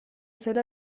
zela